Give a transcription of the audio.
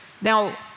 Now